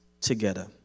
together